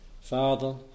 Father